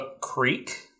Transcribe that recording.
Creek